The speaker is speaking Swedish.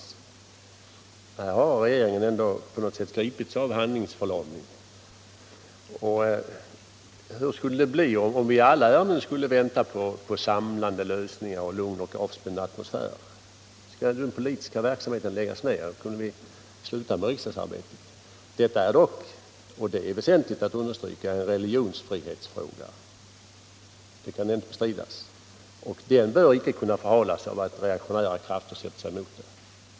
Men här har regeringen ändå på något sätt gripits av handlingsförlamning. Hur skulle det bli om vi i alla ärenden skulle vänta på samlande lösningar och en lugn och avspänd atmosfär? Skall den politiska verksamheten läggas ner? Kunde vi sluta med riksdagsarbetet? Detta är dock — och det är väsentligt att understryka — en religionsfrihetsfråga. Det kan inte bestridas, och frågan bör icke kunna förhalas av att reaktionära krafter sätter sig emot en lösning.